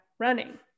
running